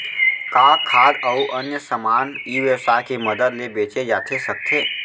का खाद्य अऊ अन्य समान ई व्यवसाय के मदद ले बेचे जाथे सकथे?